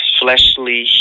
fleshly